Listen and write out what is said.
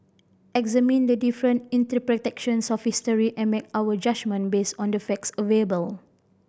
examine the different of history and make our judgement based on the facts available